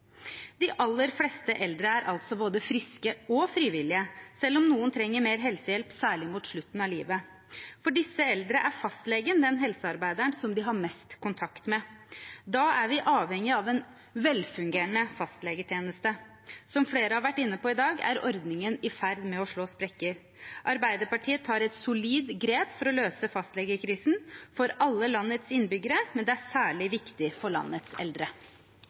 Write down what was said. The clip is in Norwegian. De aller fleste eldre er både friske og frivillige, selv om noen trenger mer helsehjelp særlig mot slutten av livet. For disse eldre er fastlegen den helsearbeideren de har mest kontakt med. Da er vi avhengige av en velfungerende fastlegetjeneste. Som flere har vært inne på i dag, er ordningen i ferd med å slå sprekker. Arbeiderpartiet tar et solid grep for å løse fastlegekrisen for alle landets innbyggere, men det er særlig viktig for landets eldre.